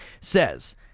says